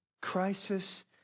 crisis